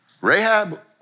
Rahab